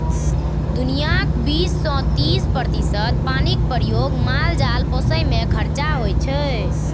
दुनियाँक बीस सँ तीस प्रतिशत पानिक प्रयोग माल जाल पोसय मे खरचा होइ छै